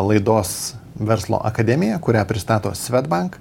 laidos verslo akademija kurią pristato swedbank